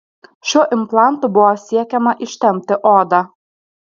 šiuo implantu buvo siekiama ištempti odą